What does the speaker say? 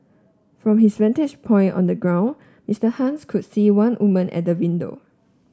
from his vantage point on the ground Mr Hans could see one woman at the window